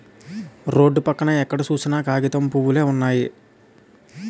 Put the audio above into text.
road పక్కన ఎక్కడ సూసినా కాగితం పూవులే వున్నయి